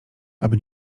aby